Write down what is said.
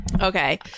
Okay